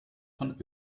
von